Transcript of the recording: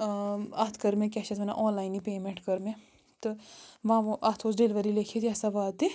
اَتھ کٔر مےٚ کیٛاہ چھِ اتھ وَنان آنلینٕے پیمیٚنٹ کٔر مےٚ تہٕ وۄنۍ اتھ اوس ڈیٚلؤری لیٚکھتھ یہِ ہسا واتہِ